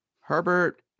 Herbert